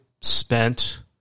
spent